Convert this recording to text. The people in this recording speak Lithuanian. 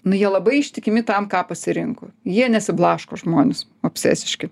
nu jie labai ištikimi tam ką pasirinko jie nesiblaško žmonės obsesiški